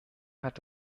hat